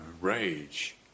rage